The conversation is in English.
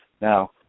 Now